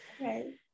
okay